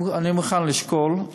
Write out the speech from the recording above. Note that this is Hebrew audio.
אני מוכן לשקול,